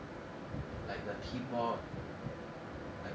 like the keyboard like